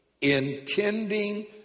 intending